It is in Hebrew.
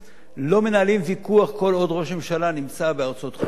לא מנהלים ויכוח כל עוד ראש ממשלה נמצא בארצות חוץ.